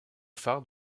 phare